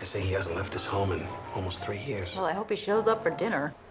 they say he hasn't left home in almost three years. well, i hope he shows up for dinner.